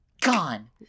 gone